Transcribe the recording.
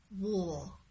War